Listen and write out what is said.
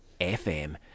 FM